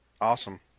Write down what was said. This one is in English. Awesome